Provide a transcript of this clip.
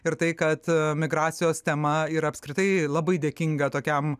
ir tai kad migracijos tema yra apskritai labai dėkinga tokiam